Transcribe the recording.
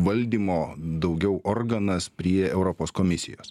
valdymo daugiau organas prie europos komisijos